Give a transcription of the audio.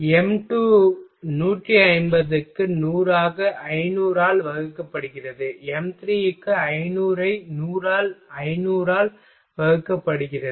m2 150 க்கு 100 ஆக 500 ஆல் வகுக்கப்படுகிறது m3 க்கு 500 ஐ 100 ஆல் 500 ஆல் வகுக்கப்படுகிறது